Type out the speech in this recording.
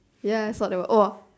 ya I saw that oh !wah!